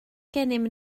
gennym